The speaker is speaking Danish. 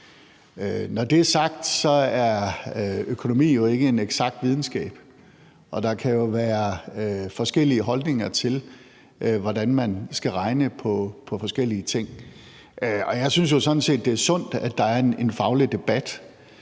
Når det er sagt, så er økonomi jo ikke en eksakt videnskab, og der kan være forskellige holdninger til, hvordan man skal regne på forskellige ting. Jeg synes jo sådan set, det er sundt, at der er en faglig debat,